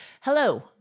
hello